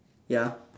ya